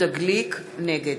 נגד